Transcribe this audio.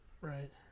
Right